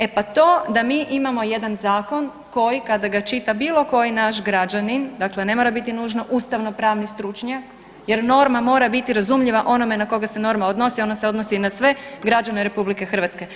E pa to da mi imamo jedan zakon koji kada ga čita bilo koji naš građanin, dakle ne mora biti nužno ustavnopravni stručnjak jer norma mora biti razumljiva onome na koga se norma odnosi, ona se odnosi na sve građane RH.